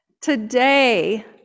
Today